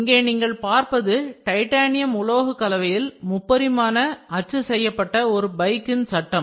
இங்கே நீங்கள் பார்ப்பது டைட்டானியம் உலோகக் கலவையில் முப்பரிமான அச்சு செய்யப்பட்ட ஒரு பைக்கின் சட்டம்